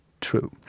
true